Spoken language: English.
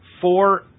four